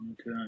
Okay